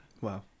wow